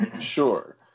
Sure